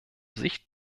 sich